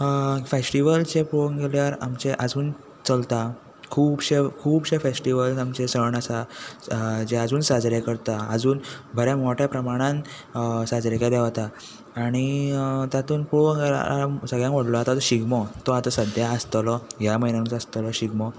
festivals अशे पळोवंक गेल्यार आमचे आजून चलता खुबशे खुबशे फॅस्टिव्हल्स आमचे सण आसा जे आजून साजरे करता आजून बऱ्या मोठ्या प्रमाणान साजरे केले वता तातूंत पळोवंक गेल्यार सगळ्यांत व्हडलो जाता तो शिगमो तो आतां सद्याक आसतलो ह्या म्हयन्यांतूच आसतलो शिगमो